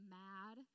mad